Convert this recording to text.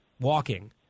walking